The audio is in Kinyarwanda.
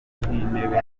nk’intebe